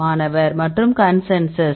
மாணவர் மற்றும் கன்சென்சஸ்